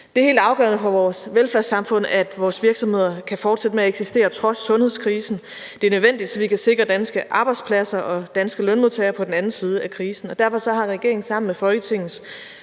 Det er helt afgørende for vores velfærdssamfund, at vores virksomheder kan fortsætte med at eksistere trods sundhedskrisen. Det er nødvendigt, så vi kan sikre danske arbejdspladser og danske lønmodtagere på den anden side af krisen, og derfor har regeringen sammen med Folketingets